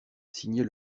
signer